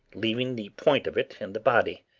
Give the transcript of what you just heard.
leaving the point of it in the body.